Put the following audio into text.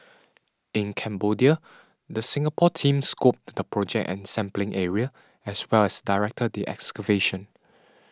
in Cambodia the Singapore team scoped the project and sampling area as well as directed the excavation